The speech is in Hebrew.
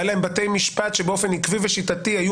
היו להם בתי משפט שבאופן עקבי ושיטתי היו